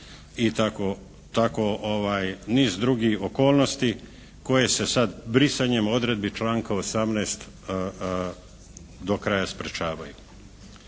tako niz drugih okolnosti koje se sad brisanjem odredbi članka 18. do kraja sprečavaju.